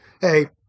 hey